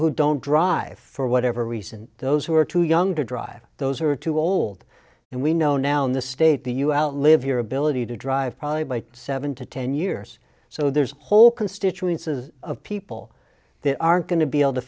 who don't drive for whatever reason those who are too young to drive those are too old and we know now in the state the u s live your ability to drive probably by seven to ten years so there's a whole constituents as of people that aren't going to be able to